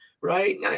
right